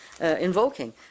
invoking